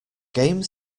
game